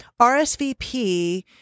RSVP